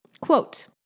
quote